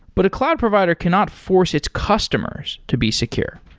but a cloud provider cannot force its customers to be secure.